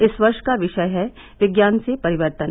इस वर्श का विशय है विज्ञान से परिवर्तन